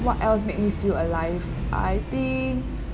what else make me feel alive I think